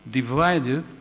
divided